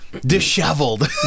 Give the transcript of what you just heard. disheveled